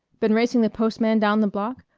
been racing the postman down the block?